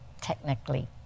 technically